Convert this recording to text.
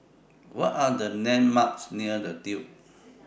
What Are The landmarks near The Duke